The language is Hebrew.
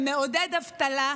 שמעודד אבטלה,